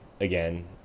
again